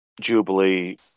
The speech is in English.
Jubilee